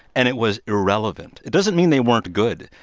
and it was irrelevant. it doesn't mean they weren't good,